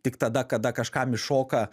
tik tada kada kažkam iššoka